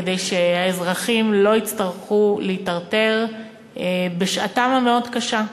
כדי שהאזרחים לא יצטרכו להיטרטר בשעתם המאוד-קשה,